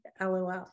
LOL